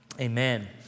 Amen